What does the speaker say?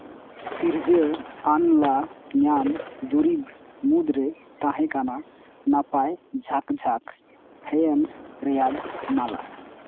ᱥᱤᱨᱡᱟᱹ ᱟᱱ ᱞᱟ ᱧᱟᱢ ᱫᱩᱨᱤᱵᱽ ᱢᱩᱫᱽᱨᱮ ᱛᱟᱦᱮᱸ ᱠᱟᱱᱟ ᱱᱟᱯᱟᱭ ᱡᱷᱟᱸᱠ ᱡᱷᱟᱸᱠ ᱯᱷᱮᱭᱮᱱᱥ ᱨᱮᱭᱟᱜ ᱢᱟᱞᱟ